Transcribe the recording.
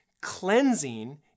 cleansing